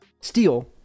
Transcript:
steel